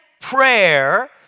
prayer